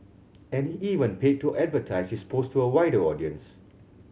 and he even paid to advertise his post to a wider audience